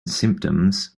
symptoms